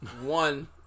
one